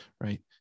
right